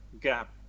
gap